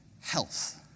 health